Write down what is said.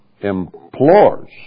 implores